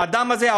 האדם הזה,